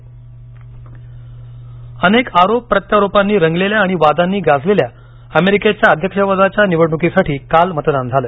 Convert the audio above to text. America निवडणक अनेक आरोप प्रत्यारोपांनी रंगलेल्या आणि वादांनी गाजलेल्या अमेरिकेच्या अध्यक्षपदाच्या निवडणुकीसाठी काल मतदान झालं